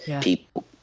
People